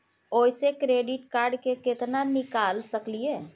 ओयसे credit card से केतना निकाल सकलियै?